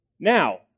Now